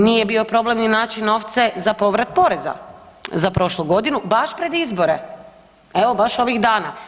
Nije bio problem ni naći novce za povrat poreza za prošlu godinu baš pred izbore, evo baš ovih dana.